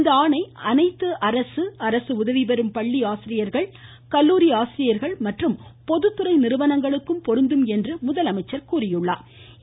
இந்த ஆணை அனைத்து அரசு அரசு உதவிபெறும் பள்ளி ஆசிரியர்கள் கல்லூரி ஆசிரியர்கள் மற்றும் பொதுத்துறை நிறுவனங்களுக்கும் பொருந்தும் என அவர் கூறியுள்ளா்